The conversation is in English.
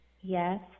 Yes